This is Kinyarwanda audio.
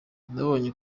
nabonye